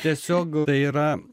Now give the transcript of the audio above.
tiesiog tai yra